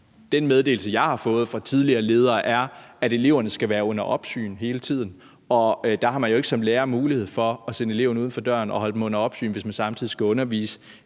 den meddelelse, jeg har fået fra tidligere ledere, er, at eleverne skal være under opsyn hele tiden. Og der har man jo ikke som lærer mulighed for at sende eleverne uden for døren og holde dem under opsyn, hvis man samtidig skal undervise